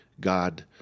God